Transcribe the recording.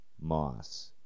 Moss